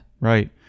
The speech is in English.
right